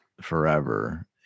forever